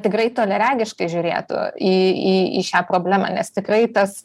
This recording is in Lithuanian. tikrai toliaregiškai žiūrėtų į į į šią problemą nes tikrai tas